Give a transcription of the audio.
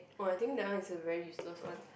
oh I think that one is a very useless one